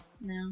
No